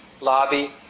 lobby